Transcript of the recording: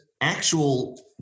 actual